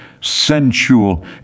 sensual